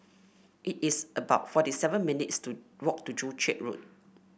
it is about forty seven minutes' to walk to Joo Chiat Road